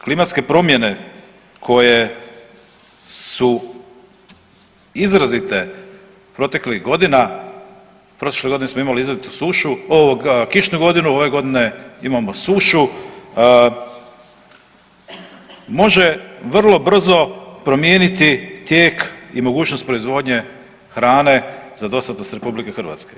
Klimatske promjene koje su izrazite proteklih godina, prošle godine smo imali izrazitu sušu, ovog kišnu godinu, ove godine imamo sušu, može vrlo brzo promijeniti tijek i mogućnost proizvodnje hrane za dostatnost RH.